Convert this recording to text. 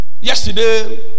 Yesterday